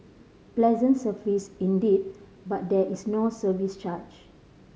pleasant service indeed but there is no service charge